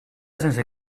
sense